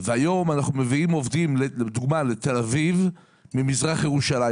והיום אנחנו מביאים עובדים לתל אביב ממזרח ירושלים.